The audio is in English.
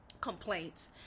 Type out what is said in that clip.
complaints